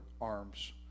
arms